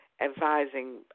advising